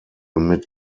mit